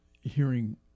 hearing